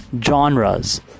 genres